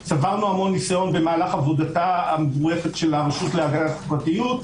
צברנו המון ניסיון במהלך עבודתה המבורכת של הרשות להגנת הפרטיות,